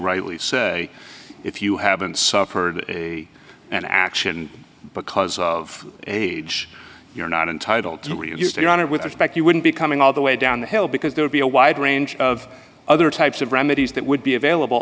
rightly say if you haven't suffered a an action because of age you're not entitled to your honor with respect you wouldn't be coming all the way down the hill because there would be a wide range of other types of remedies that would be available